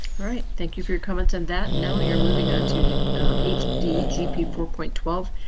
alright, thank you for your comments on that. now you're moving on to to eight d g p four point twelve.